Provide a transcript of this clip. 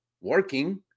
working